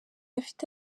afite